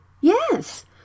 Yes